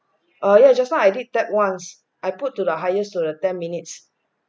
oh ya just now I did that once I put to the highest in the ten minutes